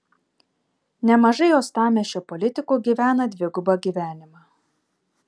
nemažai uostamiesčio politikų gyvena dvigubą gyvenimą